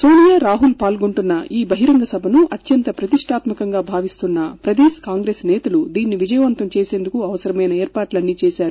సోనియా రాహుల్ పాల్గొంటున్న ఈ బహిరంగ సభను అత్యంత ప్రతిష్టాత్మకంగా భావిస్తున్న ప్రదేశ్ కాంగ్రెస్ నేతలు దీన్ని విజయవంతం చేసేందుకు అవసరమైన ఏర్పాట్లన్నీ చేశారు